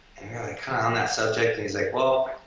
kinda on that subject and he's like, well,